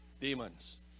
demons